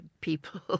people